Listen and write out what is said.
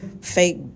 fake